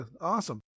awesome